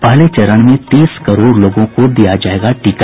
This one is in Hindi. पहले चरण में तीस करोड़ लोगों को दिया जायेगा टीका